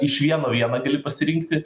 iš vieno vieną gali pasirinkti